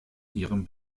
ihrem